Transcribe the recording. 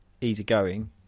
easygoing